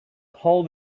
hold